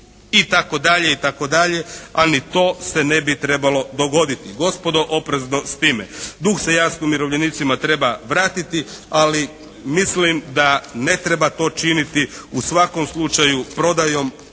I tako dalje i tako dalje. A ni to se ne bi trebalo dogoditi. Gospodo oprezno sa time. Dug se jasno umirovljenicima treba vratiti. Ali mislim da ne treba to činiti u svakom slučaju prodajom